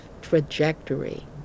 trajectory